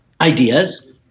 ideas